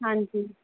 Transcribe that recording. ਹਾਂਜੀ